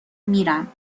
میرم